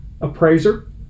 appraiser